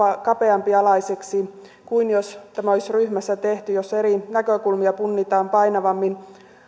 kapeampialaisiksi kuin jos tämä olisi tehty ryhmässä jossa eri näkökulmia punnitaan painavammin